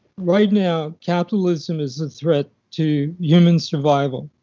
right now capitalism is a threat to human survival.